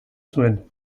zuen